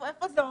איפה זה עומד?